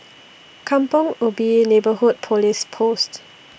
Kampong Ubi Neighbourhood Police Post